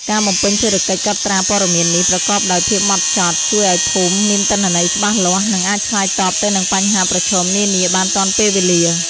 ការបំពេញភារកិច្ចកត់ត្រាព័ត៌មាននេះប្រកបដោយភាពហ្មត់ចត់ ជួយឱ្យភូមិមានទិន្នន័យច្បាស់លាស់ និងអាចឆ្លើយតបទៅនឹងបញ្ហាប្រឈមនានាបានទាន់ពេលវេលា។